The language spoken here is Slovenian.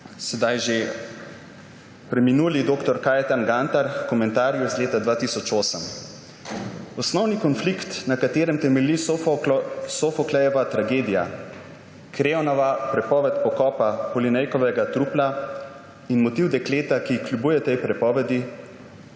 sedaj že preminuli dr. Kajetan Gantar v komentarju iz leta 2008: »Osnovni konflikt, na katerem temelji Sofoklejeva tragedija – Kreonova prepoved pokopa Polinejkovega trupla in motiv dekleta, ki kljubuje tej prepovedi,